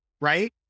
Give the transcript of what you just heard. right